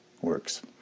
works